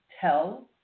tell